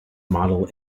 model